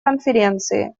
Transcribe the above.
конференции